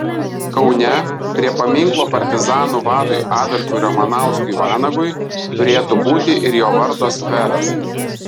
kaune prie paminklo partizanų vadui adolfui ramanauskui vanagui turėtų būti ir jo vardo skveras